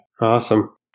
Awesome